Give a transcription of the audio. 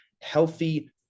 healthy